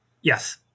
Yes